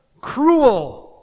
cruel